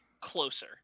closer